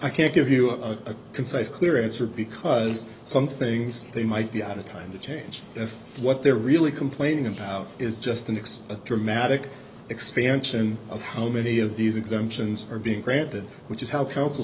i can't give you a concise clear answer because some things they might be out of time to change if what they're really complaining about is just the next dramatic expansion of how many of these exemptions are being granted which is how coun